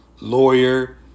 lawyer